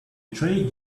trade